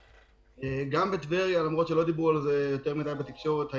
למרות שלא דיברו על זה יותר מדי בתקשורת,